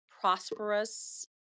prosperous